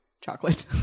chocolate